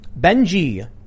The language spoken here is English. Benji